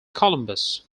columbus